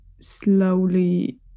slowly